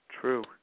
True